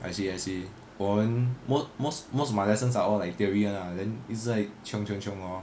I see I see 我们 most most most of my lessons are all like theory [one] lah then 一直在 chiong chiong chiong lor